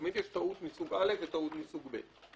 תמיד יש טעות מסוג א' וטעות מסוג ב'.